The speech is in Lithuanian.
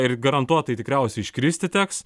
ir garantuotai tikriausiai iškristi teks